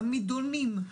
עמידונים,